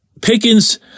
Pickens